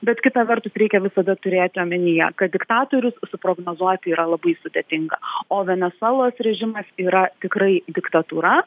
bet kita vertus reikia visada turėti omenyje kad diktatorius suprognozuoti yra labai sudėtinga o venesuelos režimas yra tikrai diktatūra